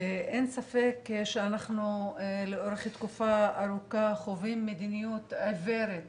אין ספק שאנחנו לאורך תקופה ארוכה חווים מדיניות עיוורת